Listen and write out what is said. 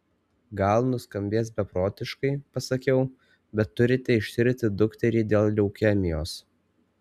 gal nuskambės beprotiškai pasakiau bet turite ištirti dukterį dėl leukemijos